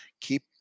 keep